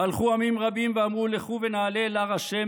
והלכו עמים רבים ואמרו לכו ונעלה אל הר ה',